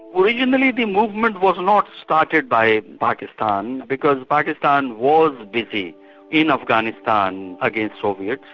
originally the movement was not started by pakistan, because pakistan was busy in afghanistan against soviets.